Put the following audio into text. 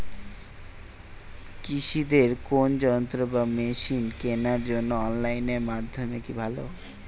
কৃষিদের কোন যন্ত্র বা মেশিন কেনার জন্য অনলাইন মাধ্যম কি ভালো?